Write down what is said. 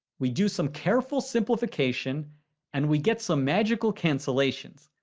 we do some careful simplification and we get some magical cancellations.